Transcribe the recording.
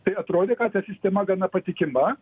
tai atrodė kad ta sistema gana patikima